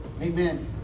Amen